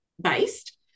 based